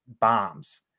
bombs